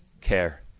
care